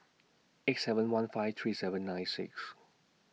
eight seven one five three seven nine six